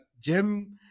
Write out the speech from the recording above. Jim